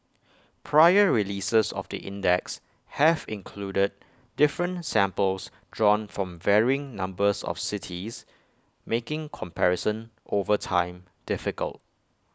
prior releases of the index have included different samples drawn from varying numbers of cities making comparison over time difficult